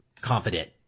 confident